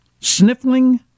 Sniffling